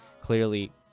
Clearly